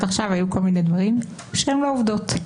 עכשיו היו כל מיני דברים שהם לא עובדות.